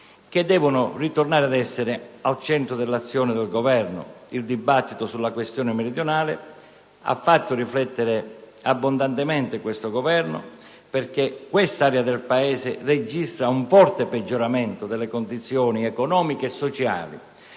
che devono ritornare ad essere al centro dell'azione del Governo. Il dibattito sulla questione meridionale ha fatto attentamente riflettere l'Esecutivo perché questa area del Paese registra un forte peggioramento delle condizioni economiche e sociali,